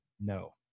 No